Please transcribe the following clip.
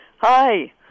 Hi